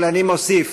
אני מוסיף